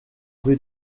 rue